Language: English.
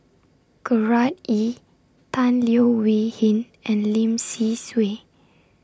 Gerard Ee Tan Leo Wee Hin and Lim Say Swee